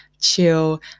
chill